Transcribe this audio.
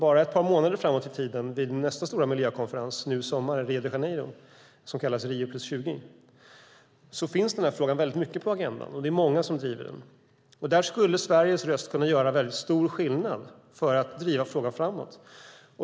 Bara ett par månader fram i tiden, vid nästa stora miljökonferens nu i sommar i Rio de Janeiro, som kallas Rio + 20, finns frågan i hög grad på agendan. Det är många som driver den. Där skulle Sveriges röst kunna göra stor skillnad för att driva frågan framåt.